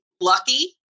lucky